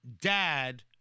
Dad